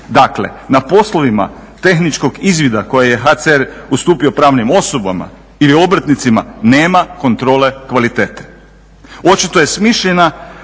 Dakle, na poslovima tehničkog izvida koje je HCR ustupio pravnim osobama ili obrtnicima nema kontrole kvalitete. Očito je smišljena